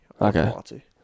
Okay